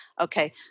Okay